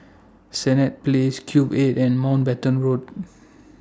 Senett Place Cube eight and Mountbatten Road